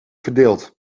verdeelt